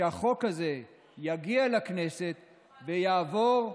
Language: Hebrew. שהחוק הזה יגיע לכנסת ויעבור,